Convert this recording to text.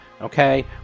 okay